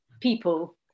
people